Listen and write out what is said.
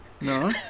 No